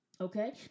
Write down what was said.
Okay